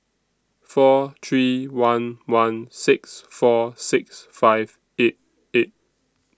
four three one one six four six five eight eight